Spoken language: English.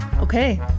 Okay